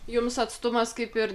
jums atstumas kaip ir